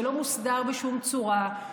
שלא מוסדר בשום צורה.